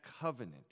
covenant